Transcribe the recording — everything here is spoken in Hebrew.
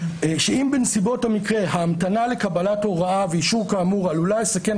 שאם בנסיבות המקרה ההמתנה לקבלת הוראה ואישור כאמור עלולה לסכן